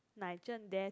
Nigel there